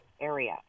area